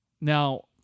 now